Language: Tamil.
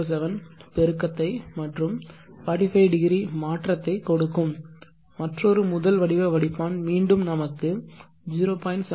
707 பெருக்கத்தை மற்றும் 45 ° மாற்றத்தை கொடுக்கும் மற்றொரு முதல் வடிவ வடிப்பான் மீண்டும் நமக்கு 0